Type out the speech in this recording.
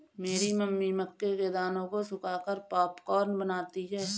मेरी मम्मी मक्के के दानों को सुखाकर पॉपकॉर्न बनाती हैं